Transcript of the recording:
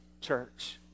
church